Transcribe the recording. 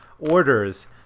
orders